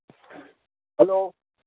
hello